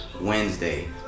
Wednesday